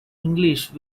english